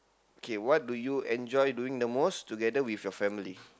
K what do you enjoy doing the most together with your family